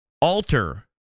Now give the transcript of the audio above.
alter